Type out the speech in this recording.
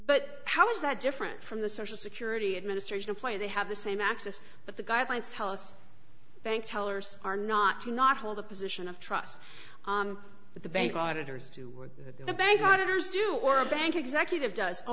but how is that different from the social security administration apply they have the same access but the guidelines tell us bank tellers are not to not hold the position of trust but the bank auditors to the bank auditors do or a bank executive does a